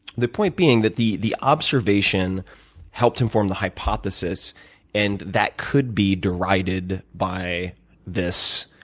the point being that the the observation helped him form the hypothesis and that could be derided by this,